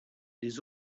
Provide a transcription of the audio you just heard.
des